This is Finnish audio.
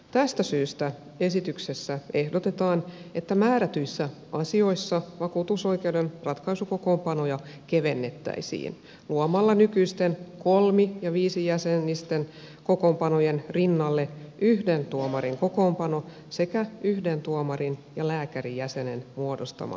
tästä syystä esityksessä ehdotetaan että määrätyissä asioissa vakuutusoikeuden ratkaisukokoonpanoja kevennettäisiin luomalla nykyisten kolmi ja viisijäsenisten kokoonpanojen rinnalle yhden tuomarin kokoonpano sekä yhden tuomarin ja lääkärijäsenen muodostama kokoonpano